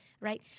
right